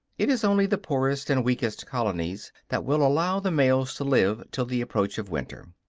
it is only the poorest and weakest colonies that will allow the males to live till the approach of winter.